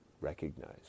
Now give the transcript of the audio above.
recognize